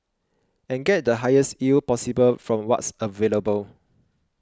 and get the highest yield possible from what's available